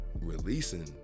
releasing